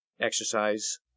exercise